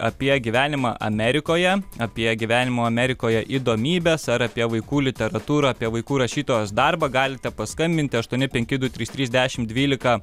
apie gyvenimą amerikoje apie gyvenimo amerikoje įdomybes ar apie vaikų literatūrą apie vaikų rašytojos darbą galite paskambinti aštuoni penki du trys trys dešimt dvylika